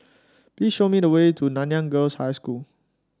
please show me the way to Nanyang Girls' High School